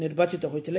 ନିର୍ବାଚିତ ହୋଇଥିଲେ